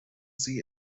sie